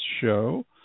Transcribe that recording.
show